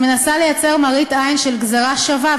את מנסה לייצר מראית עין של גזירה שווה,